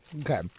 Okay